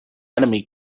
enemy